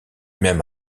même